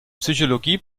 psychologie